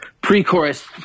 pre-chorus